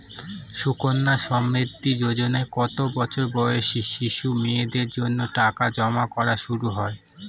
সুকন্যা সমৃদ্ধি যোজনায় কত বছর বয়সী শিশু মেয়েদের জন্য টাকা জমা করা শুরু হয়?